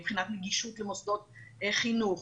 מבחינת נגישות למוסדות חינוך,